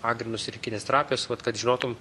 pagrindus ir kineziterapijos vat kad žinotum